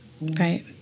Right